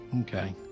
Okay